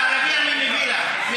אני לא נמצאת פה כדי למחוא לך כפיים,